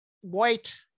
white